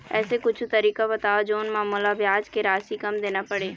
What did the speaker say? ऐसे कुछू तरीका बताव जोन म मोला ब्याज के राशि कम देना पड़े?